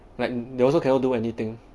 like they also cannot do anything